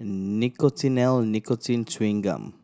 and Nicotinell Nicotine Chewing Gum